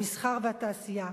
המסחר והתעשייה,